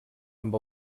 amb